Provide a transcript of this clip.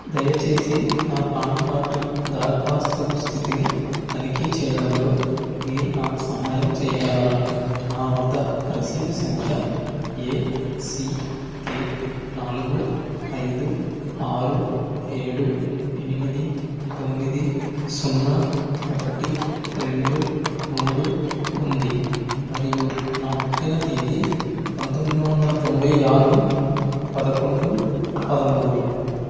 దయచేసి నా PAN card దరఖాస్తు స్థితిని తనిఖీ చెయ్యడంలో మీరు నాకు సహాయం చెయ్యగలరా నా వద్ద రసీదు సంఖ్య ఎసికె నాలుగు ఐదు ఆరు ఏడు ఎనిమిది తొమ్మిది సున్నా ఒకటి రెండు మూడు ఉంది మరియు నా పుట్టిన తేదీ పంతొమ్మిది వందల తొంభై ఆరు పదకొండు పదమూడు